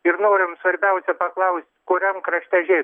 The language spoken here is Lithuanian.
ir norim svarbiausia paklaust kuriam krašte žėt